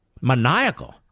maniacal